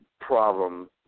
problem